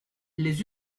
les